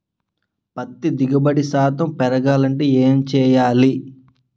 పత్తి దిగుబడి శాతం పెరగాలంటే ఏంటి చేయాలి?